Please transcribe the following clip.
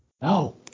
No